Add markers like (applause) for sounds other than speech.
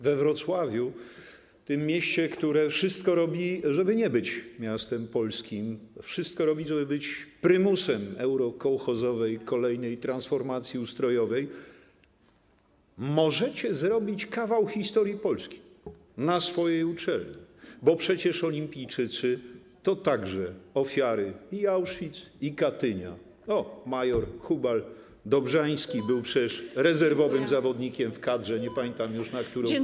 We Wrocławiu, w tym mieście, które wszystko robi, żeby nie być miastem polskim, wszystko robi, żeby być prymusem eurokołchozowej kolejnej transformacji ustrojowej, możecie zrobić kawał historii Polski na swojej uczelni, bo przecież olimpijczycy to także ofiary i Auschwitz, i Katynia, mjr Hubal-Dobrzański (noise) był przecież rezerwowym zawodnikiem w kadrze, nie pamiętam już na którą, olimpiadę.